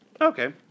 Okay